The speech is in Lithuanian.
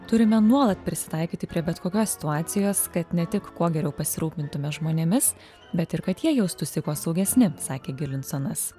turime nuolat prisitaikyti prie bet kokios situacijos kad ne tik kuo geriau pasirūpintume žmonėmis bet ir kad jie jaustųsi kuo saugesni sakė gilinsonas